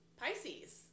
Pisces